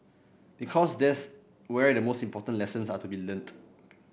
because that's where the most important lessons are to be learnt